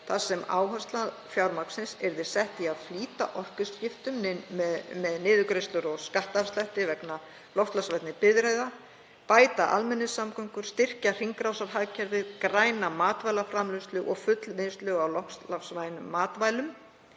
þar sem áhersla fjármagnsins yrði sett í að flýta orkuskiptum með niðurgreiðslum og skattafslætti vegna loftslagsvænni bifreiða, bæta almenningssamgöngur, styrkja hringrásarhagkerfið, græna matvælaframleiðslu og fullvinnslu á loftslagsvænum matvælum,